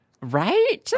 right